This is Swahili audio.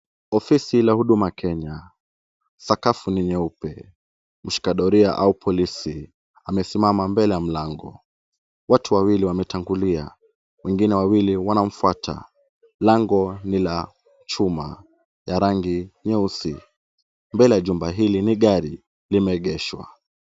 Ofisi la Huduma Kenya. Sakafu ni nyeupe. Mshika doria au polisi amesimama mbele ya mlango. Watu wawili wametangulia, wengine wawili wanamfuata. Lango ni la chuma ya rangi nyeusi. Mbele ya jumba hili ni gari limeegeshwa.